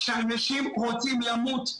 אנשים רוצים למות.